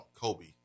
Kobe